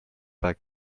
pas